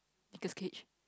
Nicholas-Cage